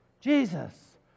Jesus